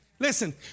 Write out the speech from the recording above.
Listen